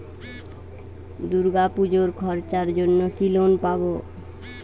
দূর্গাপুজোর খরচার জন্য কি লোন পাব?